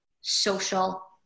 social